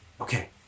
Okay